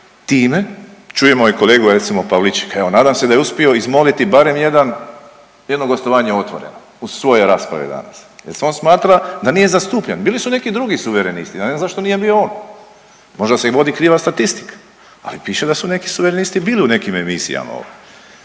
time, čujemo i kolegu recimo Pavličeka, evo nadam se da je uspio izmoliti barem jedan, jedno gostovanje u Otvorenom u svojoj raspravi danas jer se on smatra da nije zastupljen. Bili su neki drugi suverenisti, ja ne znam zašto nije bio on, možda se i vodi kriva statistika, ali piše da su neki suverenisti bili u nekim emisijama ono.